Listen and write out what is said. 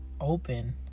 open